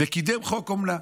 וקידם חוק אומנה,